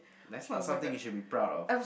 that's not something you should be proud of